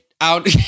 Out